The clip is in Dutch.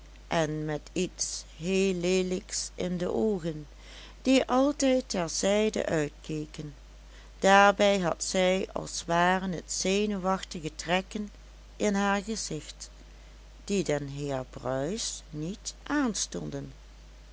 en met iets heel leelijks in de oogen die altijd ter zijde uitkeken daarbij had zij als waren t zenuwachtige trekken in haar gezicht die den heer bruis niet aanstonden